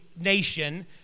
nation